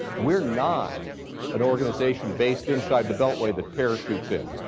we're not an organization based inside the beltway that parachutes in.